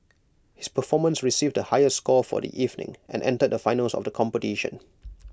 his performance received the highest score for the evening and entered the finals of the competition